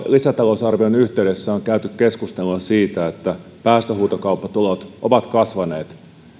lisätalousarvion yhteydessä on käyty keskustelua siitä että päästöhuutokauppatulot ovat kasvaneet